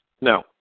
No